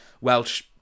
Welsh